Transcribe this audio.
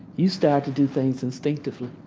you start to do things instinctively.